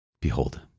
Behold